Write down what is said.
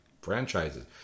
franchises